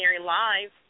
Live